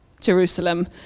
Jerusalem